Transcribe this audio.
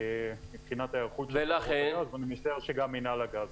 מבחינת ההיערכות, אני משער שגם מינהל הגז.